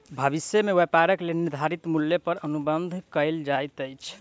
भविष्य में व्यापारक लेल निर्धारित मूल्य पर अनुबंध कएल जाइत अछि